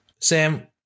Sam